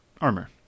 armor